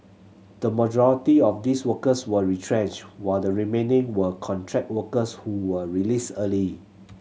the majority of these workers were retrenched while the remaining were contract workers who were released early